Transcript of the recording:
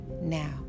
Now